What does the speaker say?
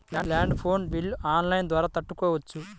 Land phone bill online ద్వారా కట్టుకోవచ్చు?